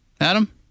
Adam